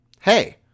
Hey